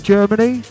Germany